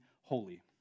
holy